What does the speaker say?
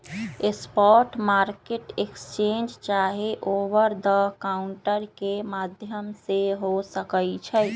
spot market exchange चाहे over the counter के माध्यम से हो सकइ छइ